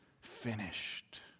finished